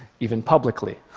even publicly.